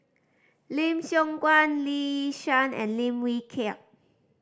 Lim Siong Guan Lee Yi Shyan and Lim Wee Kiak